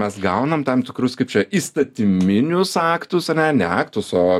mes gaunam tam tikrus kaip čia įstatyminius aktus ar ne aktus o